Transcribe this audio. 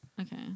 Okay